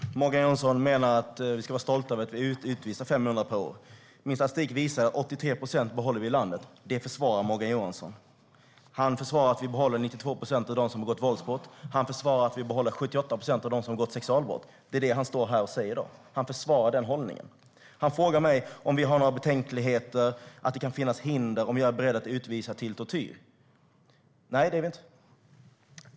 Herr talman! Morgan Johansson menar att vi ska vara stolta över att vi utvisar 500 per år. Min statistik visar att vi behåller 83 procent i landet. Det försvarar Morgan Johansson. Han försvarar att vi behåller 92 procent av dem som har begått våldsbrott. Han försvarar att vi behåller 78 procent av dem som har begått sexualbrott. Det är det han står här och säger i dag. Han försvarar den hållningen. Han frågar mig om vi har betänkligheter, om det kan finnas hinder och om vi är beredda att utvisa till tortyr. Nej, det är vi inte.